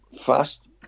fast